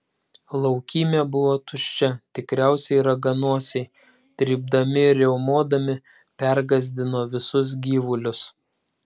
laukymė buvo tuščia tikriausiai raganosiai trypdami ir riaumodami pergąsdino visus gyvulius